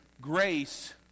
grace